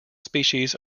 species